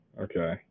Okay